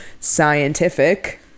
scientific